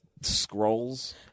scrolls